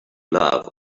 love